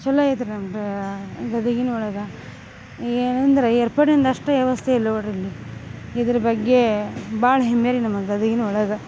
ಛಲೋ ಐತ ರೀ ನಮ್ಮ ಗದಗಿನೊಳಗ ಏನಂದ್ರ ಏರ್ಪೋರ್ಟಿಂದ ಅಷ್ಟು ವ್ಯವಸ್ಥೆ ಇಲ್ಲ ಇಲ್ಲಿ ಇದ್ರ ಬಗ್ಗೆ ಭಾಳ್ ಹೆಮ್ಮೆ ರೀ ನಮ್ಮ ಗದಗಿನೊಳಗ